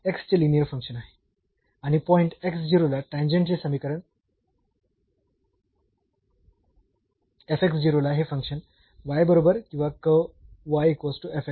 तर हे चे लिनीअर फंक्शन आहे आणि पॉईंट ला टॅन्जेंटचे समीकरण ला हे फंक्शन बरोबर किंवा कर्व्ह आहे